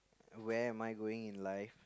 where am I going in life